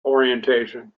orientation